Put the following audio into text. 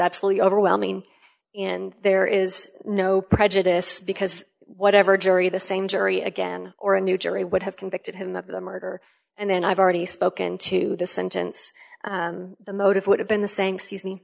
absolutely overwhelming and there is no prejudice because whatever jury the same jury again or a new jury would have convicted him of the murder and then i've already spoken to the sentence the motive would have been the saying season